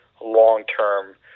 long-term